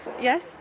yes